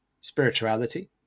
spirituality